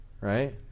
right